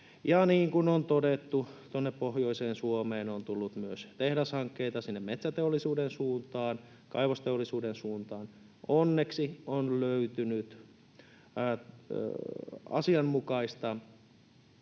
Ja niin kuin on todettu, pohjoiseen Suomeen on tullut myös tehdashankkeita sinne metsäteollisuuden suuntaan, kaivosteollisuuden suuntaan. Onneksi on löytynyt asianmukaista